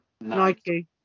Nike